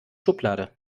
schublade